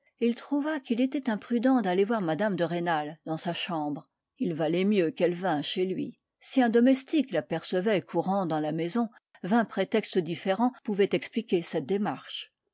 il trouva qu'il était imprudent d'aller voir mme de rênal dans sa chambre il valait mieux qu'elle vînt chez lui si un domestique l'apercevait courant dans la maison vingt prétextes différents pouvaient expliquer cette démarche